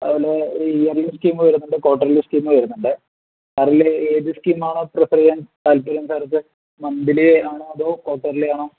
അതുപോലേ yearly scheme വരുന്നുണ്ട് quarterly scheme വരുന്നുണ്ട് സാറിന് ഏതു സ്കീമാണോ പ്രിഫെർ ചെയ്യാൻ താല്പര്യം സാറ് ഇപ്പം മന്ത്ലിയാണോ അതോ ക്വാർട്ടർലി ആണോ